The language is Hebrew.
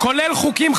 כולל חוקים,